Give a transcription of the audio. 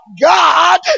God